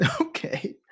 Okay